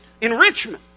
enrichment